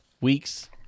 week's